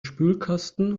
spülkasten